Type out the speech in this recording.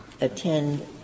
attend